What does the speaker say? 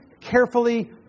carefully